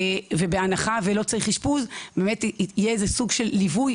בהנחה שלא צריך אשפוז יהיה איזה סוג של ליווי